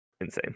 insane